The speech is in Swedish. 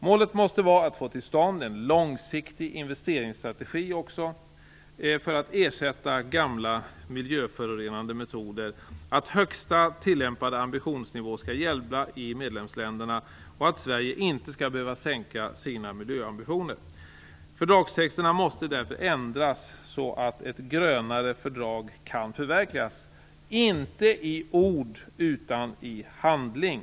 Målet måste också vara att få till stånd en långsiktig investeringsstrategi för att ersätta gamla miljöförorenande metoder. Högsta tillämpade ambitionsnivå skall gälla i medlemsländerna, och Sverige skall inte behöva sänka sina miljöambitioner. Fördragstexterna måste därför ändras så att ett grönare fördrag kan förverkligas, inte i ord utan i handling.